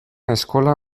eskola